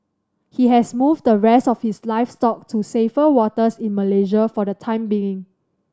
he has moved the rest of his livestock to safer waters in Malaysia for the time being